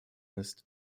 ist